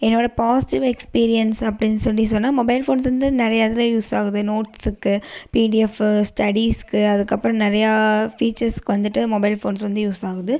என்னோடய positive experience அப்படின்னு சொல்லி சொன்னால் மொபைல் ஃபோன்ஸ் வந்து நிறையா இதில் யூஸ் ஆகுது நோட்ஸ்ஸுக்கு பிடிஎஃபு ஸ்டடீஸ்க்கு அதுக்கப்புறம் நிறையா ஃபீச்சர்ஸ்க்கு வந்துட்டு மொபைல் ஃபோன்ஸ் வந்து யூஸ் ஆகுது